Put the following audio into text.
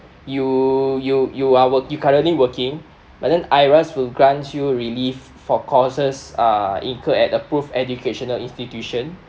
you you you are working you currently working but then IRAS will grant you relief for courses uh incur at approved educational institution